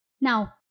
Now